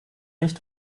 nicht